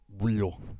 real